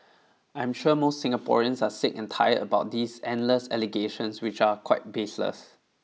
I am sure most Singaporeans are sick and tired about these endless allegations which are quite baseless